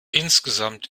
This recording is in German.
insgesamt